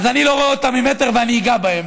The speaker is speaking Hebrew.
אז אני לא רואה אותם ממטר, ואני אגע בהם.